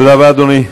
תודה רבה, אדוני.